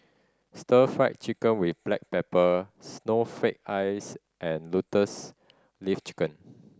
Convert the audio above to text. Stir Fry Chicken with black pepper snowflake ice and Lotus Leaf Chicken